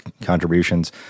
contributions